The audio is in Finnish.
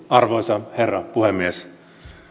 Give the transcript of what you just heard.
arvoisa herra puhemies